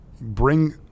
bring